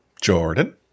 Jordan